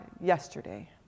yesterday